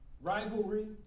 rivalry